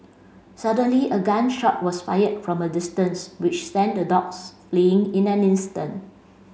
suddenly a gun shot was fired from a distance which sent the dogs fleeing in an instant